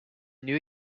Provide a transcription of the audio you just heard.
new